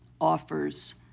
offers